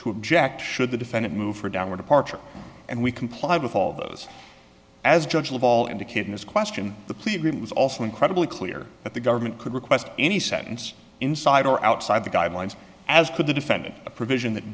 to object should the defendant move for downward departure and we complied with all those as judge of all indicating this question the plea was also incredibly clear that the government could request any sentence inside or outside the guidelines as to the defendant a provision that